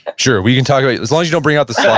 sure, we can talk about, as long as you don't bring out the